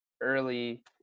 early